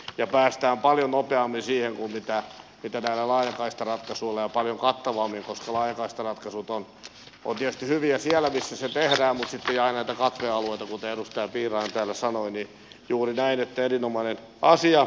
siihen päästään paljon nopeammin kuin laajakaistaratkaisuilla ja paljon kattavammin koska laajakaistaratkaisut ovat tietysti hyviä siellä missä ne tehdään mutta sitten jää aina niitä katvealueita kuten edustaja piirainen täällä sanoi se on juuri näin ja tämä on erinomainen asia